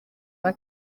bato